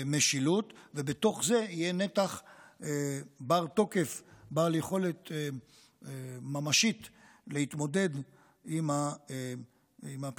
בתוך זה יהיה נתח בר-תוקף בעל יכולת ממשית להתמודד עם הפשיעה,